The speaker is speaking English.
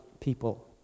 people